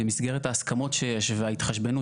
במסגרת ההסכמות שיש ובמסגרת ההתחשבנות